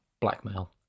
Blackmail